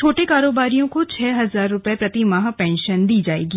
छोटे कारोबारियों को छह हजार रूपये पेंशन दी जायेगी